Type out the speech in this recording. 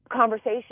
conversation